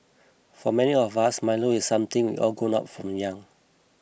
for many of us Milo is something we all grown up from young